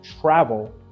travel